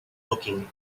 looking